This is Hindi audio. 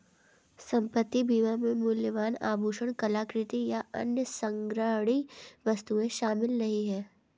संपत्ति बीमा में मूल्यवान आभूषण, कलाकृति, या अन्य संग्रहणीय वस्तुएं शामिल नहीं हैं